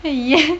ya